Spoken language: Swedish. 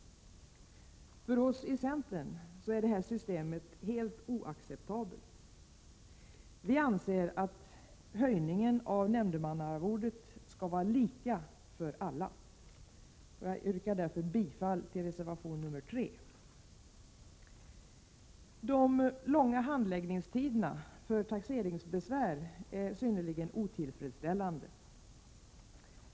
För oss i centern är detta system helt oacceptabelt. Vi anser att höjningen av nämndemannaarvodet skall vara lika för alla. Jag yrkar därför bifall till reservation nr 3. De långa handläggningstiderna för taxeringsbesvär är synnerligen otillfredsställande.